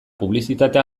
publizitate